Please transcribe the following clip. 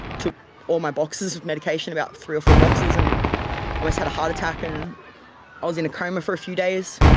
took all my boxes of medication, about three or four boxes, and almost had a heart attack and i was in a coma for a few days.